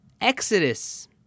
exodus